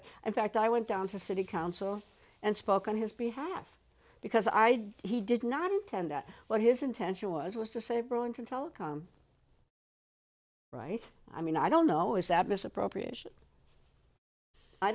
it in fact i went down to city council and spoke on his behalf because i did he did not intend that what his intention was was to say brewington telecom right i mean i don't know is that misappropriation i